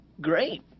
Great